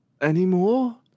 Anymore